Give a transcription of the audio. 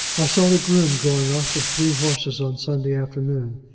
i saw the groom going off with three horses on sunday afternoon.